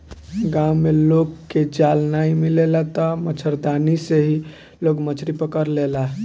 गांव में लोग के जाल नाइ मिलेला तअ मछरदानी से ही लोग मछरी पकड़ लेला